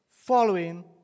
following